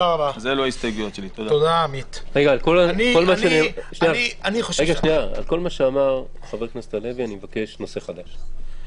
על כל מה שאמר חבר הכנסת עמית הלוי אני מבקש להכריז נושא חדש.